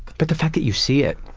but the fact that you see it,